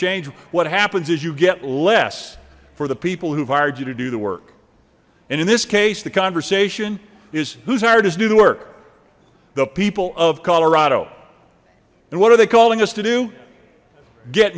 change what happens is you get less for the people who hired you to do the work and in this case the conversation is who's hired us do the work the people of colorado and what are they calling us to do get